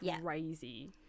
crazy